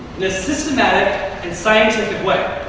in a systematic and scientific way.